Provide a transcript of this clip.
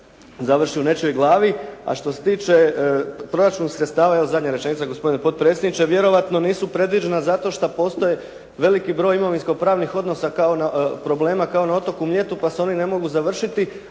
završi u nečijoj glavi. A što se tiče proračunske strane, evo zadnja rečenica gospodine potpredsjedniče, vjerojatno nisu predviđena zato što postoje veliki broj imovinsko-pravnih problema kao na otoku Mljetu pa se oni ne mogu završiti,